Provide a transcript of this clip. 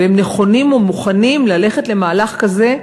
והם נכונים ומוכנים ללכת למהלך כזה,